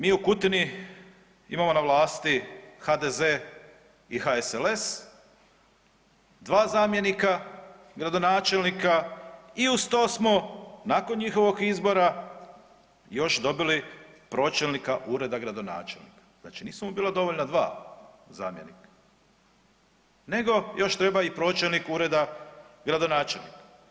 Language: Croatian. Mi u Kutini imamo na vlasti HDZ i HSLS, dva zamjenika gradonačelnika i uz to smo nakon njihovog izbora još dobili pročelnika ureda gradonačelnika, znači nisu mu bila dovoljna dva zamjenika nego još treba i pročelnik ureda gradonačelnika.